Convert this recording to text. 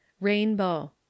rainbow